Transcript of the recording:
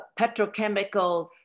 petrochemical